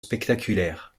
spectaculaires